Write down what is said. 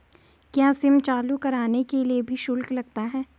क्या सिम चालू कराने के लिए भी शुल्क लगता है?